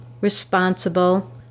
responsible